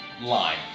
line